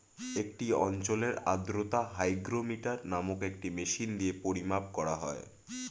একটি অঞ্চলের আর্দ্রতা হাইগ্রোমিটার নামক একটি মেশিন দিয়ে পরিমাপ করা হয়